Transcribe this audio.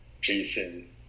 Jason